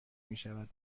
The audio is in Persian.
میشود